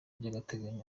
by’agateganyo